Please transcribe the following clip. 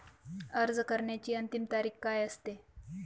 अर्ज करण्याची अंतिम तारीख काय असते?